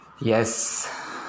yes